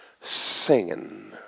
singing